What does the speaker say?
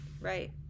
right